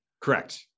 Correct